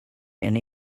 and